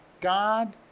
God